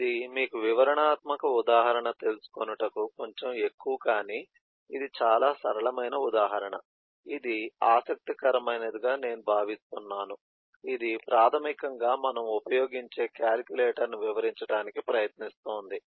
ఇది మీకు వివరణాత్మక ఉదాహరణ తెలుసుకొనుట కొంచెం ఎక్కువ కాని ఇది చాలా సరళమైన ఉదాహరణ ఇది ఆసక్తికరమైనదిగా నేను భావిస్తున్నాను ఇది ప్రాథమికంగా మనం ఉపయోగించే కాలిక్యులేటర్ను వివరించడానికి ప్రయత్నిస్తోంది